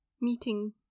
meeting